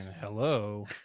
hello